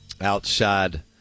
outside